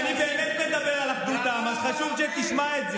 אני באמת מדבר על אחדות העם, אז חשוב שתשמע את זה.